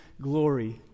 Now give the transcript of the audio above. glory